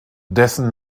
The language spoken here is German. dessen